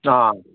ꯑꯥ